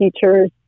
teachers